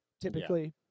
typically